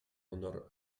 honor